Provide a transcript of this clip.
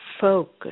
focus